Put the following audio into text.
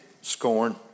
scorn